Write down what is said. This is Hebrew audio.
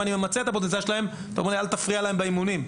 אם אני אמצה את הפוטנציאל שלהם אז תבקשו לא להפריע להם באימונים.